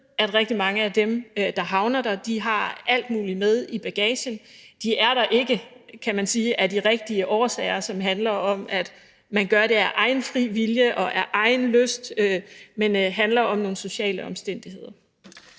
at rigtig mange af dem, der havner der, har alt muligt med i bagagen. De er der ikke, kan man sige, af de rigtige årsager, som handler om, at man gør det af egen fri vilje og af egen lyst. Men det handler om nogle sociale omstændigheder.